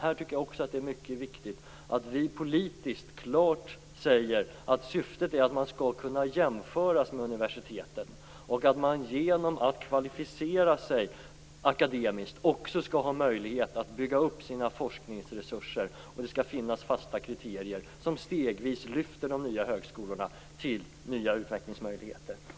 Här tycker jag att det är mycket viktigt att vi från politiskt håll klart säger att syftet är att man skall kunna jämföras med universiteten, att man genom att kvalificera sig akademiskt också skall ha möjlighet att bygga upp sina forskningsresurser samt att det skall finnas fasta kriterier som stegvis lyfter de nya högskolorna till nya utvecklingsmöjligheter.